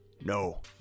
No